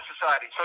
society